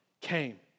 came